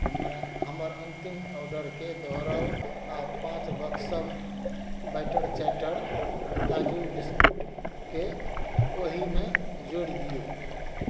हमर अन्तिम ऑर्डरके दोहराउ आ पाँच बक्स सभ बैटर चैटर काजू बिस्कुटके ओहिमे जोड़ि दियौ